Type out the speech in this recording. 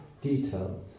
detail